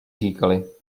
říkali